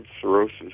cirrhosis